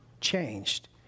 changed